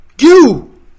You